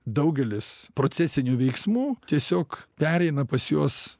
daugelis procesinių veiksmų tiesiog pereina pas juos